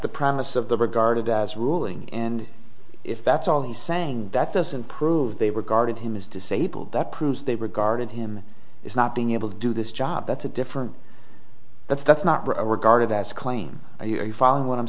the promise of the regarded as ruling and if that's all he's saying that doesn't prove they were guarded him is disabled that proves they regarded him as not being able to do this job that's a different that's that's not regarded as a claim you're following what i'm